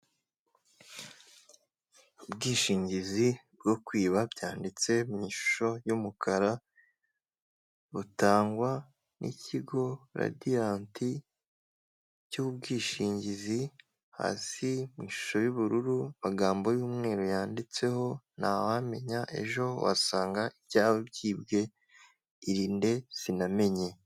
Ubwishingizi bwo kwiba byanditse mu ishusho y'umukara butangwa n'ikigo radiyanti cy'ubwishingizi, hasi mu ishusho y'ubururu hari amagambo y'umweru yanditseho ntawamenya ejo wasanga ibyawe byibwe irinde sinamenye.